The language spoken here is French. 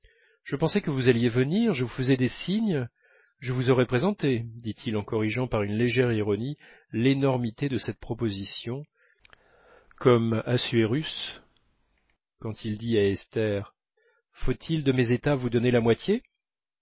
je pensais que vous alliez venir je vous faisais des signes je vous aurais présenté dit-il en corrigeant par une légère ironie l'énormité de cette proposition comme assuérus quand il dit à esther faut-il de mes états vous donner la moitié